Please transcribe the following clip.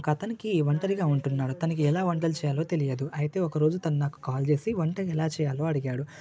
ఒక అతనికి ఒంటరిగా ఉంటున్నారు తనకి ఎలా వంటలు చేయాలో తెలియదు అయితే ఒక రోజు తను నాకు కాల్ చేసి వంటలు ఎలా చేయాలో అని అడిగాడు